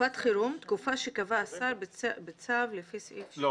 תקופת חירום תקופה שקבע השר בצו לפי סעיף 2. לא,